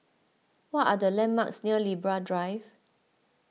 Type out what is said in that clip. what are the landmarks near Libra Drive